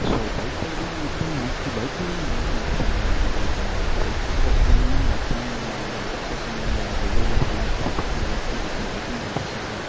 so bike riding அப்போ எனக்கு bike ரைடிங்கில் அந்த அளவுக்கு இன்ட்ரெஸ்ட் இல்லை இப்போ பைக் ஓட்ட கற்றுக்கிட்டதுல இருந்து மேக்சிமம் நான் வந்து அவுட் ஆஃப் டேஷனில் வெளியூரில் தங்கி தான் படிச்சுட்டு இருக்கேன் அந்த அளவுக்கு எனக்கு பைக்கிங்கில் இன்ட்ரெஸ்ட் இல்லை